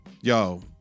Yo